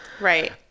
Right